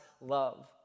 love